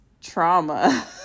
trauma